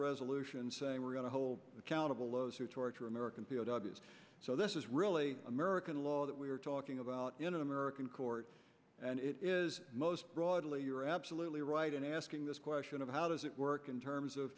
resolution saying we're going to hold accountable those who torture american p o w s so this is really american law that we are talking about in american courts and it is most broadly you're absolutely right in asking this question of how does it work in terms of